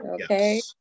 Okay